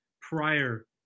prior